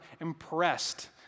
impressed